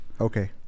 okay